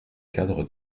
cadre